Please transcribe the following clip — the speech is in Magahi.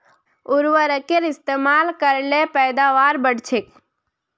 उर्वरकेर इस्तेमाल कर ल पैदावार बढ़छेक